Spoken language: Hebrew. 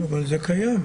אבל זה קיים.